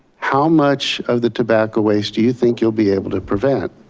how much of the tobacco waste do you think you'll be able to prevent?